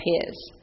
appears